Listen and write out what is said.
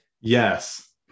Yes